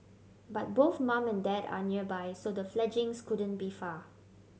but both mum and dad are nearby so the fledglings couldn't be far